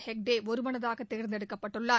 ஹெக்டே ஒருமனதாக தேர்ந்தெடுக்கப்பட்டுள்ளார்